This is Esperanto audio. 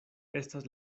estas